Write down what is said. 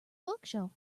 bookshelf